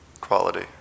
quality